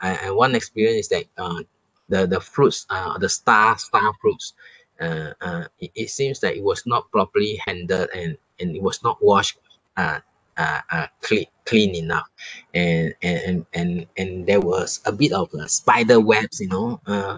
I I one experience is that uh the the fruits uh the star~ starfruits uh uh it it seems that it was not properly handled and and it was not washed uh uh uh clean clean enough and and and and and there was a bit of a spider webs you know ah